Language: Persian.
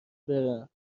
برم